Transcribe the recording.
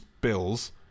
bills